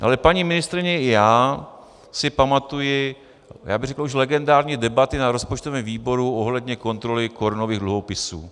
Ale paní ministryně, i já si pamatuji, řekl bych legendární debaty na rozpočtovém výboru ohledně kontroly korunových dluhopisů.